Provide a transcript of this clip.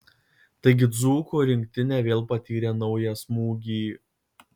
taigi dzūkų rinktinė vėl patyrė naują smūgį